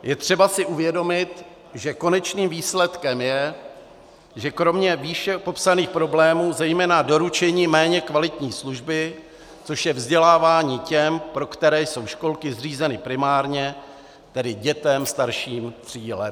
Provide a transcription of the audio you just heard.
Je si třeba uvědomit, že konečným výsledkem je, že kromě výše popsaných problémů, zejména doručení méně kvalitní služby, což je vzdělávání těm, pro které jsou školky zřízeny primárně, tedy dětem starším tří let.